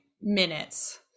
minutes